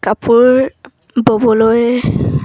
কাপোৰ ববলৈ